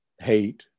hate